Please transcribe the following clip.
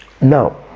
Now